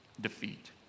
defeat